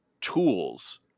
tools